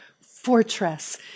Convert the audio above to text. fortress